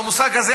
המושג הזה,